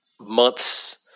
months